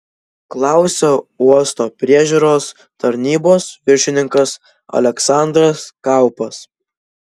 klausė uosto priežiūros tarnybos viršininkas aleksandras kaupas